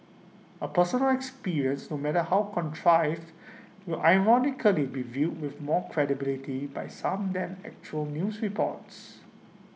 A personal experience no matter how contrived will ironically be viewed with more credibility by some than actual news reports